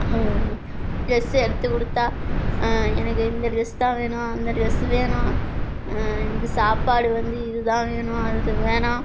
dress எடுத்து கொடுத்தா எனக்கு இந்த ட்ரெஸ் தான் வேணும் அந்த ட்ரெஸ்ஸு வேணாம் எனக்கு சாப்பாடு வந்து இது தான் வேணும் அது வேணாம்